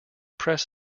press